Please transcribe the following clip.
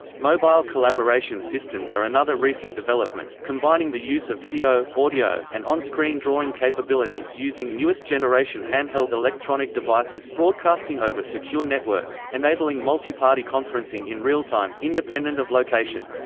mobile collaboration systems are another recent development, combining the use of video, audio, and on-screen drawing capabilities using newest generation hand-held electronic devices broadcasting over secure networks, enabling multi-party conferencing in real-time, independent of location.